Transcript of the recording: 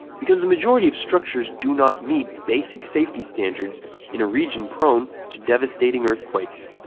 because the majority of structures do not meet basic safety standards in a region prone to devastating earthquakes.